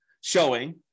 showing